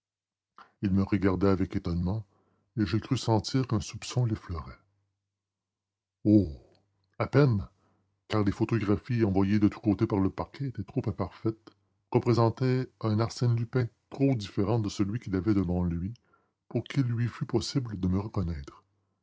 il me regardait avec étonnement et je crus sentir qu'un soupçon l'effleurait oh à peine car les photographies envoyées de tous côtés par le parquet étaient trop imparfaites représentaient un arsène lupin trop différent de celui qu'il avait devant lui pour qu'il lui fût possible de me reconnaître